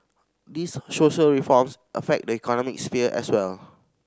these social reforms affect the economic sphere as well